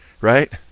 right